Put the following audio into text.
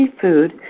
food